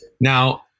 now